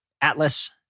Atlas